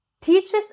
teaches